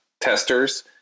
testers